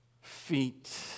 feet